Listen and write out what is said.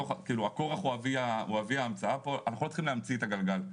הרי הכורח הוא אבי ההמצאה פה ואנחנו לא צריכים להמציא את הגלגל,